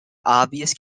obvious